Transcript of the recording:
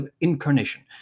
Incarnation